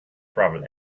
travel